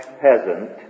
peasant